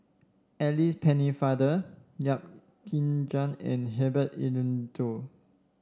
Alice Pennefather Yap Ee Chian and Herbert Eleuterio